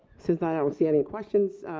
since i ah don't see any questions.